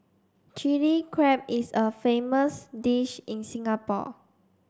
Chilli Crab is a famous dish in Singapore